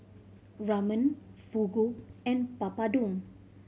Ramen Fugu and Papadum